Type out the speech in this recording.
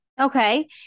Okay